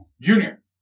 Junior